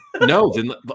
No